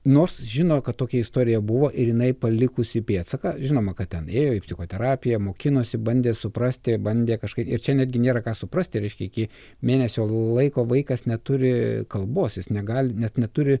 nors žino kad tokia istorija buvo ir jinai palikusi pėdsaką žinoma kad ten ėjo į psichoterapiją mokinosi bandė suprasti bandė kažkaip ir čia netgi nėra ką suprasti reiškia iki mėnesio laiko vaikas neturi kalbos jis negali net neturi